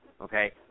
Okay